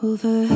Over